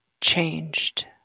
changed